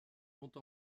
monte